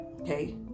Okay